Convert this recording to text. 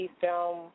film